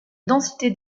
densité